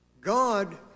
God